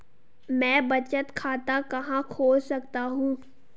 मैं बचत खाता कहां खोल सकता हूँ?